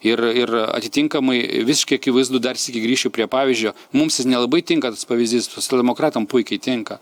ir ir atitinkamai visiškai akivaizdu dar sykį grįšiu prie pavyzdžio mums jis nelabai tinka tas pavyzdys socialdemokratam puikiai tinka